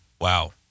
Wow